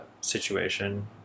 situation